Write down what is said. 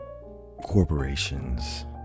corporations